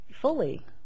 fully